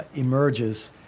emerges.